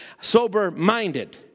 Sober-minded